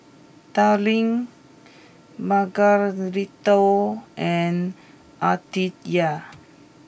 Darline Margarito and Aditya